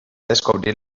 descobrir